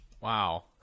Wow